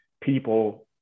people